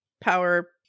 power